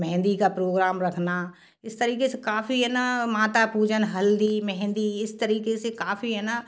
मेहंदी का प्रोग्राम रखना इस तरीक़े से काफ़ी है ना माता पूजन हल्दी मेहंदी इस तरीक़े से काफ़ी है ना